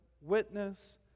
witness